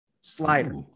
slider